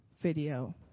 video